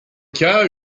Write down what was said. cas